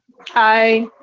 Hi